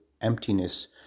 emptiness